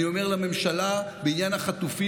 אני אומר לממשלה: בעניין החטופים,